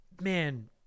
man